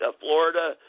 Florida